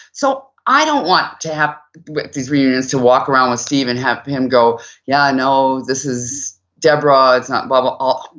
so i don't want to have these reunions to walk around with steve and have him go yeah, no, this is debra, it's not blah blah. ah